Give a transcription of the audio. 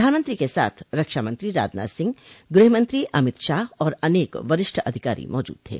प्रधानमंत्री के साथ रक्षा मंत्री राजनाथ सिंह गुहमंत्री अमित शाह और अनेक वरिष्ठ अधिकारी मौजूद थे